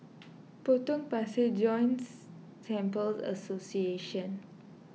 Potong Pasir Joints Temples Association